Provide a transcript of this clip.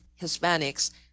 Hispanics